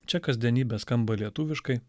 čia kasdienybė skamba lietuviškai